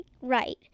Right